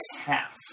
half